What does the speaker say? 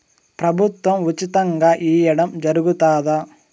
ప్రభుత్వం ఉచితంగా ఇయ్యడం జరుగుతాదా?